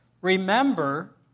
Remember